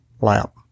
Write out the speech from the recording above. lap